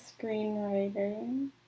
screenwriting